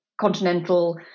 continental